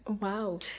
Wow